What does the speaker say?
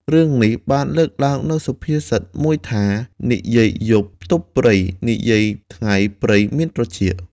រឿងនេះបានលើកឡើងនូវសុភាសិតមួយថា "និយាយយប់ផ្ទប់ព្រៃ និយាយថ្ងៃព្រៃមានត្រចៀក"។